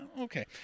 Okay